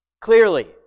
Clearly